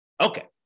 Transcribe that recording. Okay